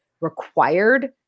required